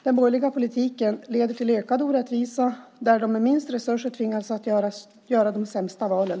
Den borgerliga politiken leder till ökad orättvisa, där de med minst resurser tvingas att göra de sämsta valen.